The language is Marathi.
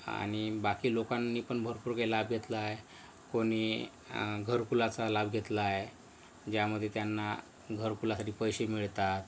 आणि बाकी लोकांनी पण भरपूर काही लाभ घेतला आहे कोणी घरकुलाचा लाभ घेतला आहे ज्यामध्ये त्यांना घरकुलासाठी पैसे मिळतात